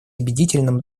убедительным